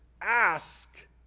ask